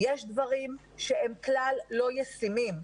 יש דברים שהם כלל לא ישימים.